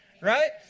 right